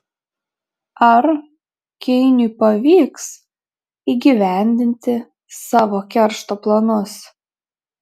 ar keiniui pavyks įgyvendinti savo keršto planus